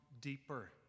deeper